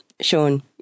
Sean